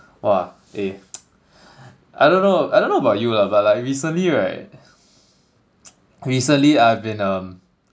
!wah! eh I don't know I don't know about you lah but like recently right recently I've been um